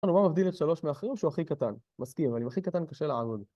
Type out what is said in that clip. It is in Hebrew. אני אומר מבדיל שלוש מאחרים שהוא הכי קטן. מסכים? אני עם הכי קטן קשה לעבוד.